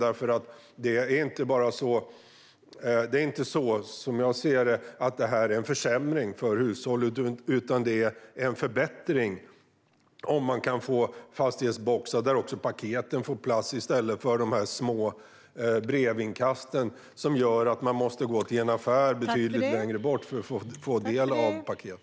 Som jag ser är det inte en försämring för hushållen utan en förbättring om man kan få fastighetsboxar där också paketen får plats, i stället för de små brevinkasten som gör att man måste gå till en affär betydligt längre bort för att få sina paket.